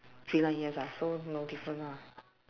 three line yes ah so no difference lah